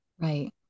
Right